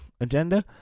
agenda